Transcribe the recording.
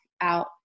out